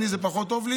לי זה פחות טוב.